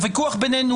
הוויכוח בינינו,